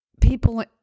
people